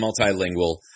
multilingual